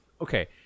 Okay